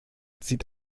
sieht